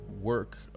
work